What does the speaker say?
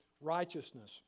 righteousness